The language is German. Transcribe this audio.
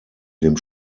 dem